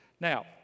now